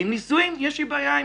ועם ניסויים יש לי בעיה.